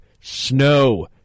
Snow